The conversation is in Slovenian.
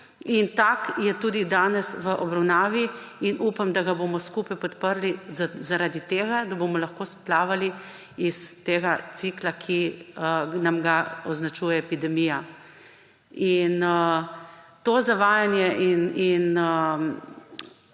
in tak je tudi danes v obravnavi in upam, da ga bomo skupaj podprli zaradi tega, da bomo lahko splavali iz tega cikla, ki nam ga označuje epidemija. To zavajanje in